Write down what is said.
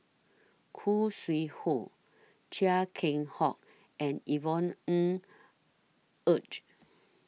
Khoo Sui Hoe Chia Keng Hock and Yvonne Ng Uhde